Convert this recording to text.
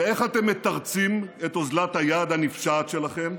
ואיך אתם מתרצים את אוזלת היד הנפשעת שלכם?